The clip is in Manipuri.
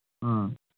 ꯑꯥ